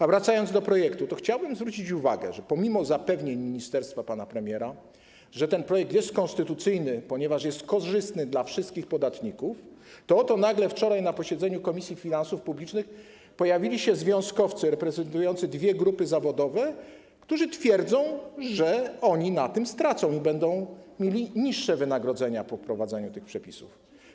A wracając do projektu, chciałbym zwrócić uwagę, że pomimo zapewnień ministerstwa, pana premiera, że ten projekt jest konstytucyjny, ponieważ jest korzystny dla wszystkich podatników, oto nagle wczoraj na posiedzeniu Komisji Finansów Publicznych pojawili się związkowcy reprezentujący dwie grupy zawodowe, którzy twierdzą, że oni na tym stracą i będą mieli niższe wynagrodzenia po wprowadzeniu tych przepisów.